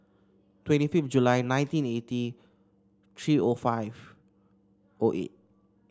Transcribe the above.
twenty fifth July nineteen eighty three O five O eight